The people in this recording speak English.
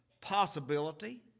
possibility